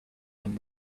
them